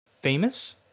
famous